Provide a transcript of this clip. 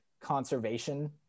conservation